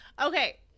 Okay